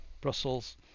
Brussels